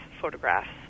photographs